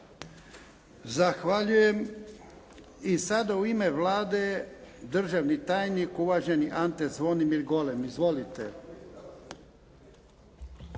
Zahvaljujem. I sada u ime Vlade državni tajnik uvaženi Ante Zvonimir Golem. Izvolite.